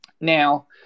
Now